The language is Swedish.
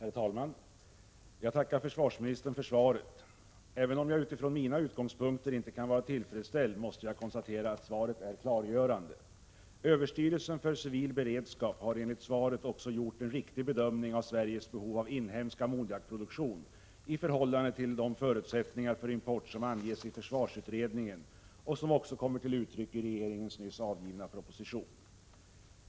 Herr talman! Jag tackar försvarsministern för svaret. Även om jag utifrån mina utgångspunkter inte kan vara tillfredsställd måste jag konstatera att svaret är klargörande. Överstyrelsen för civil beredskap har enligt svaret också gjort en riktig bedömning av Sveriges behov av inhemsk ammoniakproduktion i förhållande till de förutsättningar för import som anges i försvarsutredningen och som också kommer till uttryck i regeringens nyligen framlagda proposition.